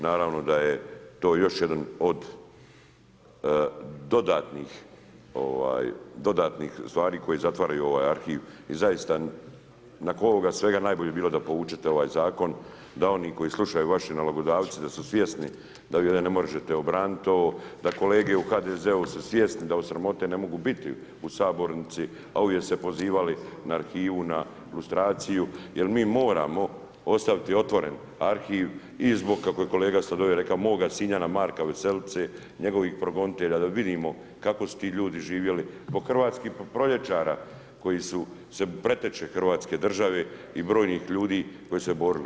Naravno da je to još jedan od dodatnih stvari koje zatvaraju ovaj arhiv i zaista nakon ovoga svega najbolje bi bilo da povučete ovaj zakon da oni koji slušaju vaše nalogodavce da su svjesni da ovdje ne možete obraniti ovo, da kolege u HDZ-u su svjesni da od sramote ne mogu biti u sabornici, a ovdje se pozivali na arhivu, na lustraciju jer mi moramo ostaviti otvoren arhiv i zbog, kako je kolega Sladoljev rekao, moga sinjana Marka Veselice, njegovih progonitelja, da vidimo kako su ti ljudi živjeli, pa hrvatskih proljećara koji su preteče hrvatske države i brojnih ljudi koji su se borili.